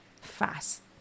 Fast